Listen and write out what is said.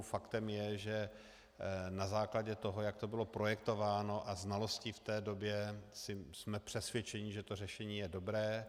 Faktem je, že na základě toho, jak to bylo projektováno, a znalostí v té době jsme přesvědčeni, že řešení je dobré.